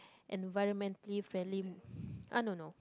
environmentally friendly ah no no